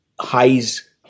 highs